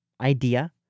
idea